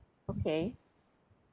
okay